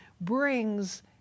brings